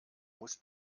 muss